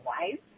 wife